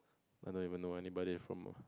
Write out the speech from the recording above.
I don't even know anybody from